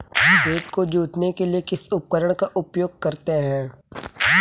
खेत को जोतने के लिए किस उपकरण का उपयोग करते हैं?